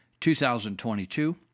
2022